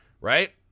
Right